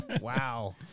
Wow